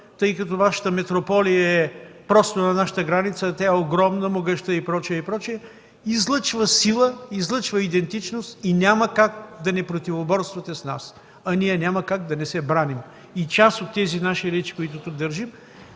тъй като Вашата метрополия е на нашата граница, а тя е огромна, могъща и прочие – излъчва сила, излъчва идентичност и няма как да не противоборствате с нас. А ние няма как да не се браним – част от тези наши речи, които тук държим,